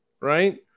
right